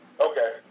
Okay